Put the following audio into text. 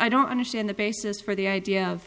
i don't understand the basis for the idea of